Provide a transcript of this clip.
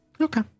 okay